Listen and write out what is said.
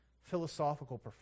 philosophical